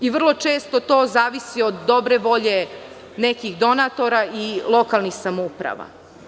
To vrlo često zavisi od dobre volje nekih donatora i lokalnih samouprava.